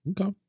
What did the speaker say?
okay